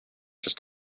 just